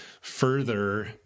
further